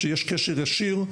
שיש קשר ישיר,